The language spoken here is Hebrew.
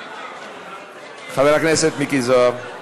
חבר הכנסת מיקי זוהר,